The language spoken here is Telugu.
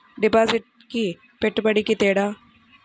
డిపాజిట్కి పెట్టుబడికి తేడా?